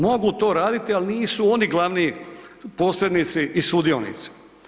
Mogu to raditi, ali nisu oni glavni posrednici i sudionici.